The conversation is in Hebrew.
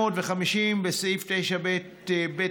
1950, בסעיף 9ב(ב),